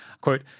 Quote